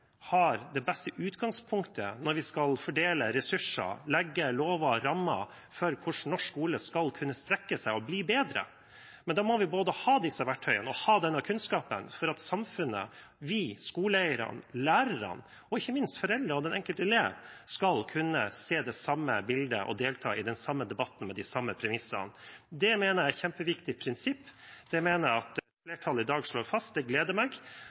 har det beste utgangspunktet når vi skal fordele ressurser og legge lover og rammer for hvordan norsk skole skal kunne strekke seg og bli bedre. Men da må vi ha både disse verktøyene og denne kunnskapen, slik at samfunnet, vi, skoleeierne, lærerne og ikke minst foreldrene og den enkelte elev skal kunne se det samme bildet og delta i den samme debatten med de samme premissene. Det mener jeg er et kjempeviktig prinsipp. Det mener jeg at flertallet i dag slår fast – det gleder meg.